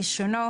מספר רישיונו,